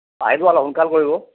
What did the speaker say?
আহিব অলপ সোনকাল কৰিব